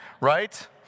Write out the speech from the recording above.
right